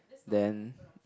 then